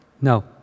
No